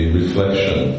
reflection